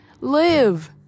live